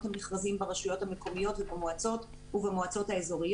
המכרזים ברשויות המקומיות ובמועצות האזוריות.